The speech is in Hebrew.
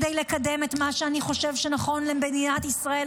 כדי לקדם את מה שאני חושב שנכון למדינת ישראל,